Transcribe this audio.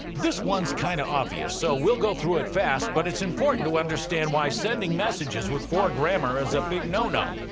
this one's kinda obvious so we'll go through it fast but it's important to understand why sending messages with poor grammar is a big no-no.